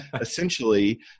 essentially